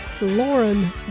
Lauren